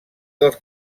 dels